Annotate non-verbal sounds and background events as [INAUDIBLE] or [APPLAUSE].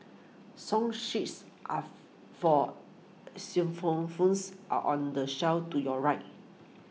song sheets are for [UNINTELLIGIBLE] phones are on the shelf to your right